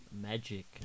magic